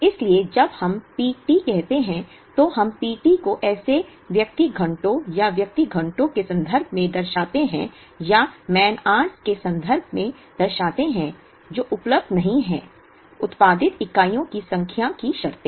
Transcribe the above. इसलिए जब हम P t कहते हैं तो हम P t को ऐसे व्यक्ति घंटों या व्यक्ति घंटों के संदर्भ में दर्शाते हैं जो उपलब्ध नहीं हैं उत्पादित इकाइयों की संख्या की शर्तें